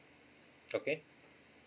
okay